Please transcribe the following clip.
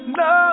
no